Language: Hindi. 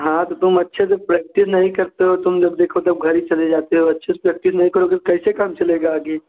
हाँ तो तुम अच्छे से प्रेक्टिस नहीं करते हो तुम जब देखो तो घर ही चले जाते हो अच्छे से प्रेक्टिस नहीं करोगे तो कैसे काम चलेगा आगे